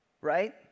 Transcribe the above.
right